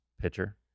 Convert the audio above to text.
pitcher